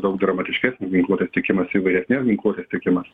daug dramatiškesnės ginkluotės teikimas įvairesnės ginkluotės teikimas